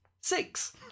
six